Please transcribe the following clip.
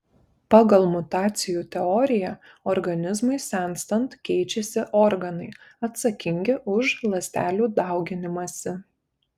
pagal mutacijų teoriją organizmui senstant keičiasi organai atsakingi už ląstelių dauginimąsi